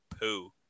poo